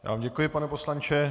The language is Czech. Já vám děkuji, pane poslanče.